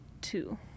two